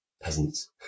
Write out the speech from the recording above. Peasants